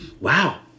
Wow